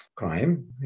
Crime